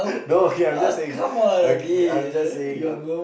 now okay I'm just saying okay I'm just saying um